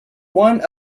one